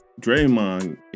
Draymond